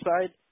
side